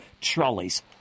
trolleys